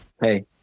hey